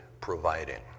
providing